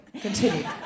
continue